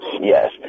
Yes